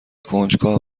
کنجکاو